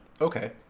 Okay